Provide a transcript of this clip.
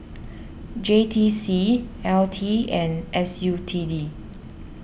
J T C L T and S U T D